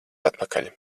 atpakaļ